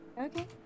Okay